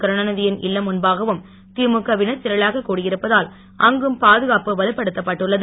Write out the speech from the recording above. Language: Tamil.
கருணா நிதியின் இல்லம் முன்பாகவும் திமுக வினர் திரளாக கூடியிருப்பதால் அங்கும் பாதுகாப்பு வலுப்படுத்தப்பட்டுள்ளது